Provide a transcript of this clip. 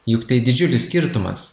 juk tai didžiulis skirtumas